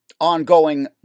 Ongoing